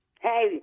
Hey